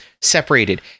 separated